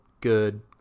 Good